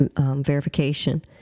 verification